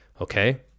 Okay